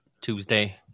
Tuesday